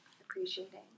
appreciating